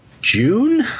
June